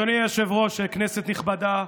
אדוני היושב-ראש, כנסת נכבדה,